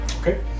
Okay